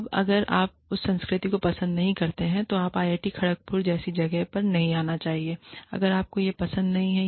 अब अगर आप उस संस्कृति को पसंद नहीं करते हैं तो आपको आईआईटी खड़गपुर जैसी जगह पर नहीं आना चाहिए अगर आपको यह पसंद नहीं है